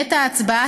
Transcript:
בעת ההצבעה,